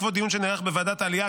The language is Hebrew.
בעקבות דיון שנערך בוועדת העלייה,